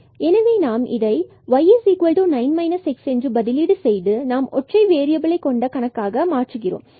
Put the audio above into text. எனவே நாம் இதை y9 x fxy பதிலீடு செய்து நம் மேலும் ஒற்றை வேறியபிளைக் கொண்ட கணக்கு ஆக மாறுகிறது